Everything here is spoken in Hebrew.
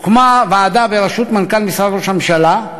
הוקמה ועדה בראשות מנכ"ל משרד ראש הממשלה,